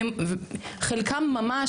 וחלקם ממש,